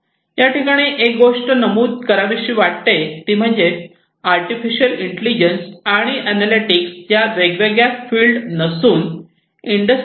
याठिकाणी एक गोष्ट नमूद करावीशी वाटते ती म्हणजे आर्टिफिशिअल इंटेलिजन्स आणि अनॅलिटिक्स या वेगवेगळ्या फिल्ड नसून इंडस्ट्री 4